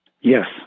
Yes